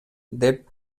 деп